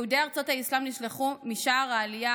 יהודי ארצות האסלאם נשלחו משער העלייה